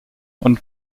und